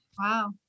Wow